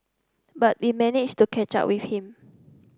but we managed to catch up with him